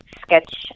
sketch